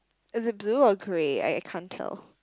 is it blue or grey I I can't tell